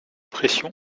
pression